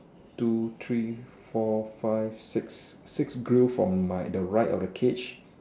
two three four five six six blue from my the right of the cage